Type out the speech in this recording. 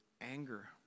anger